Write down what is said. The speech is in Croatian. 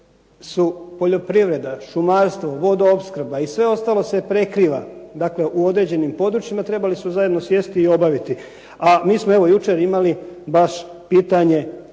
su poljoprivreda, šumarstvo, vodoopskrba i sve ostalo se prekriva. Dakle u određenim područjima trebali su zajedno sjesti i obaviti. A mi smo evo jučer imali baš pitanje